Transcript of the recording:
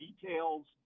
details